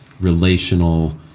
relational